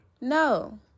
no